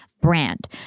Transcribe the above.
brand